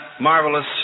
marvelous